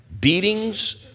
beatings